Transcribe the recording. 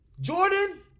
Jordan